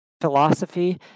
philosophy